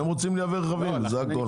הם רוצים לייבא רכבים, זה הכול.